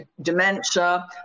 dementia